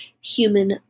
human